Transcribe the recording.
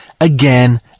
again